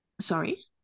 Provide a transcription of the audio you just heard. Sorry